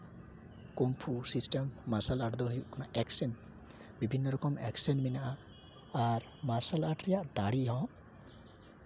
kung fu system martial arts ᱫᱚ ᱦᱩᱭᱩᱜ ᱠᱟᱱᱟ ᱮᱠᱥᱮᱱ ᱵᱤᱵᱷᱤᱱᱱᱚ ᱨᱚᱠᱚᱢ ᱮᱠᱥᱮᱱ ᱢᱮᱱᱟᱜᱼᱟ ᱟᱨ ᱢᱟᱨᱥᱟᱞ ᱟᱨᱴᱥ ᱨᱮᱭᱟᱜ ᱫᱟᱲᱮ ᱦᱚᱸ